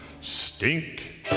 Stink